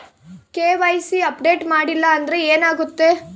KYC update ಮಾಡಿಲ್ಲ ಅಂದ್ರೆ ಏನಾಗುತ್ತೆ?